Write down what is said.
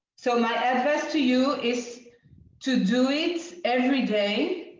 so my advice to you is to do it everyday.